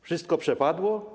Wszystko przepadło?